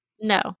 No